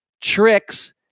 tricks